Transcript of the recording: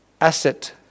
asset